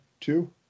two